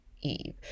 eve